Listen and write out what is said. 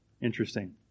Interesting